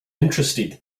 interested